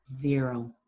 Zero